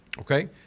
Okay